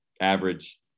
average